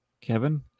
Kevin